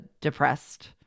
depressed